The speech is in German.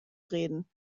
reden